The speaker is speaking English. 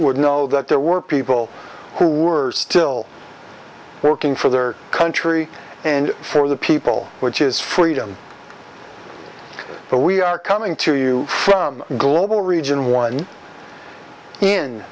would know that there were people who are still working for their country and for the people which is freedom but we are coming to you from a global region one in